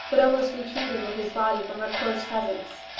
but almost retreating with his body from her close presence.